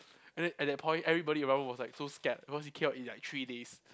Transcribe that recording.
and then at that point everybody around was like so scared because he came out in like three days